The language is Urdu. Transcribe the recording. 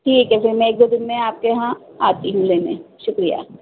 ٹھیک ہے پھر میں ایک دو دن میں آپ کے یہاں آتی ہوں لینے شکریہ